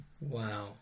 Wow